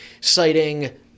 citing